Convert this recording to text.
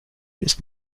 ist